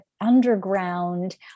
underground